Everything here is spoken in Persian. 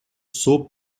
صبح